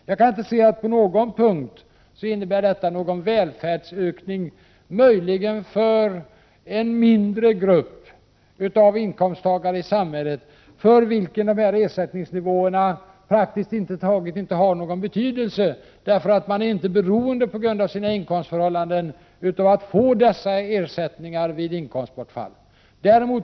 Jag kan inte se att detta på någon punkt innebär en välfärdsökning, annat än möjligen för en mindre grupp inkomsttagare i samhället för vilka dessa ersättningsnivåer praktiskt taget inte har någon betydelse, därför att de, på grund av sina inkomstförhållanden, inte är beroende av att få dessa ersättningar vid inkomstbortfall.